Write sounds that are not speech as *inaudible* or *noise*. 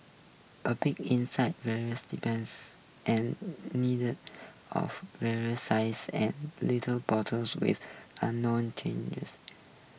a peek inside *unintelligible* depends and needed of vary sizes and little bottles with unknown *unintelligible*